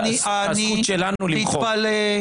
אז רצוי שמן הראוי אוכל להשחיל משפט.